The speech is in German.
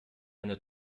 eine